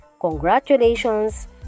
congratulations